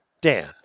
Dan